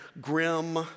grim